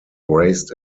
raised